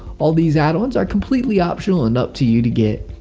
all of these addons are completely optional and up to you to get.